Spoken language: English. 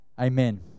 Amen